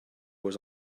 was